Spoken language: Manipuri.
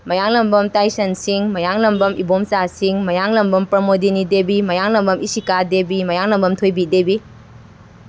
ꯃꯌꯥꯡꯂꯝꯕꯝ ꯇꯥꯏꯁꯟ ꯁꯤꯡ ꯃꯌꯥꯡꯂꯝꯕꯝ ꯏꯕꯣꯝꯆꯥ ꯁꯤꯡ ꯃꯌꯥꯡꯂꯥꯝꯕꯝ ꯄ꯭ꯔꯃꯣꯗꯤꯅꯤ ꯗꯦꯕꯤ ꯃꯌꯥꯡꯂꯝꯕꯝ ꯏꯁꯤꯀꯥ ꯗꯦꯕꯤ ꯃꯌꯥꯡꯂꯝꯕꯝ ꯊꯣꯏꯕꯤ ꯗꯦꯕꯤ